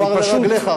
עפר לרגליך.